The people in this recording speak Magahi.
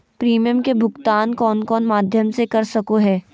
प्रिमियम के भुक्तान कौन कौन माध्यम से कर सको है?